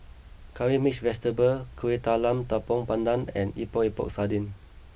Curry Mixed Vegetable Kueh Talam Tepong Pandan and Epok Epok Sardin